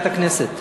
הכנסת.